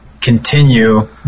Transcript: continue